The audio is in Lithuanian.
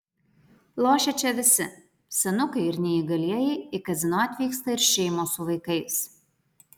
lošia čia visi senukai ir neįgalieji į kazino atvyksta ir šeimos su vaikais